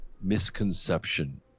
misconception